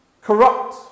corrupt